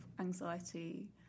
anxiety